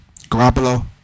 Garoppolo